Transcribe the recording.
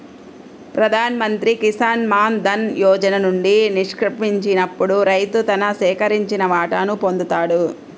ప్రధాన్ మంత్రి కిసాన్ మాన్ ధన్ యోజన నుండి నిష్క్రమించినప్పుడు రైతు తన సేకరించిన వాటాను పొందుతాడు